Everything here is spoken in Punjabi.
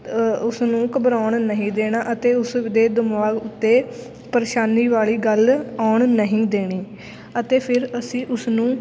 ਉਸਨੂੰ ਘਬਰਾਉਣ ਨਹੀਂ ਦੇਣਾ ਅਤੇ ਉਸਦੇ ਦਿਮਾਗ ਉੱਤੇ ਪਰੇਸ਼ਾਨੀ ਵਾਲੀ ਗੱਲ ਆਉਣ ਨਹੀਂ ਦੇਣੀ ਅਤੇ ਫਿਰ ਅਸੀਂ ਉਸਨੂੰ